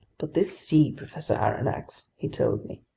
but this sea, professor aronnax, he told me,